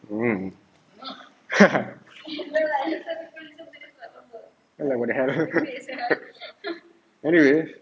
um like what the hell anyway